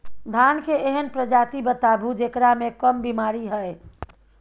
धान के एहन प्रजाति बताबू जेकरा मे कम बीमारी हैय?